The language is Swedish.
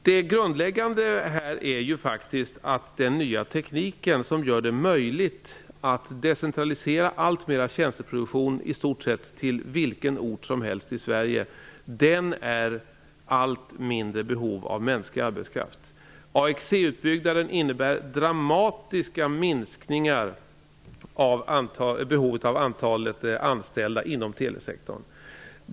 Det grundläggande är faktiskt att den nya teknik som gör det möjligt att decentralisera en stor del av tjänsteproduktionen till vilken ort som helst i Sverige gör att behovet av mänsklig arbetskraft blir allt mindre. AXE-utbyggnaden innebär dramatiska minskningar av antalet anställda inom telesektorn.